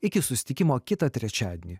iki susitikimo kitą trečiadienį